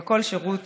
וכל שירות